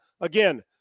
Again